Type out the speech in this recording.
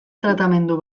tratamendu